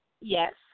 Yes